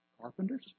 Carpenters